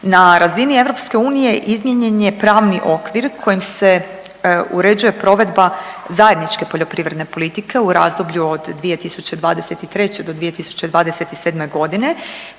Na razini EU izmijenjen je pravni okvir kojim se uređuje provedba zajedničke poljoprivredne politike u razdoblju od 2023. do 2027. godine